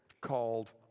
called